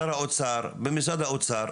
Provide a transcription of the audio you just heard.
שר האוצר במשרד האוצר,